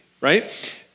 right